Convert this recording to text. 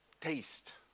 taste